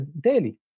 daily